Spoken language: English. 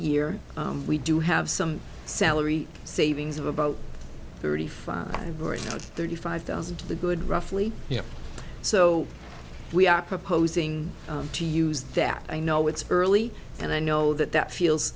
year we do have some salary savings of about thirty five thirty five thousand to the good roughly you know so we are proposing to use that i know it's early and i know that that feels